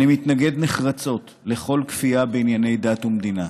אני מתנגד נחרצות לכל כפייה בענייני דת ומדינה.